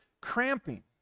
cramping